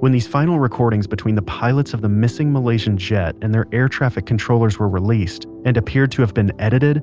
when these final recording between the pilots of the missing malaysian jet and their air traffic controllers were released, and appeared to have been edited,